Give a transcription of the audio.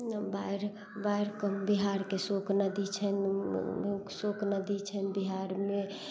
बाढ़ि बाढ़ि कऽ बिहारके शोक नदी छै शोक नदी छै बिहारमे